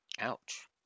Ouch